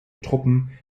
truppen